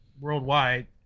worldwide